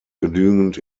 genügend